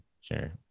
sure